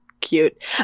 cute